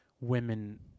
women